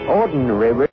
ordinary